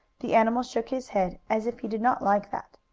the animal shook his head, as if he did not like that.